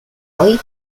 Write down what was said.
hoy